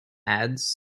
ads